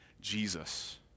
Jesus